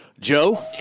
Joe